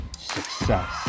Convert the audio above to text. success